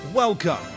Welcome